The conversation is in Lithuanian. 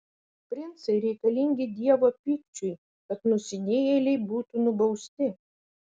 princai reikalingi dievo pykčiui kad nusidėjėliai būtų nubausti